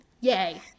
yay